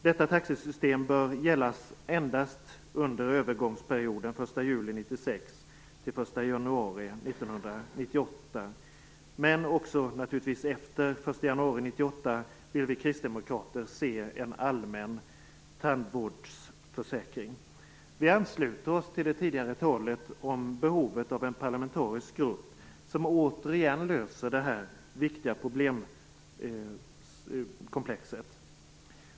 Detta taxesystem bör gälla endast under övergångsperioden den 1 juli 1996 till 1 Men också efter den 1 januari 1998 vill vi kristdemokrater se en allmän tandvårdsförsäkring. Vi ansluter oss till det tidigare talet om behovet av en parlamentarisk grupp som återigen löser detta viktiga problemkomplex.